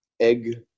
Egg